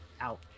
out